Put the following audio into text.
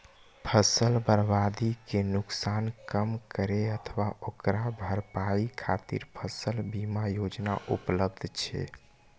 फसल बर्बादी के नुकसान कम करै अथवा ओकर भरपाई खातिर फसल बीमा योजना उपलब्ध छै